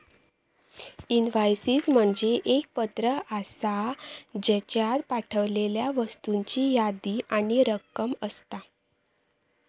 invoices म्हणजे एक पत्र आसा, ज्येच्यात पाठवलेल्या वस्तूंची यादी आणि रक्कम असता